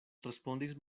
respondis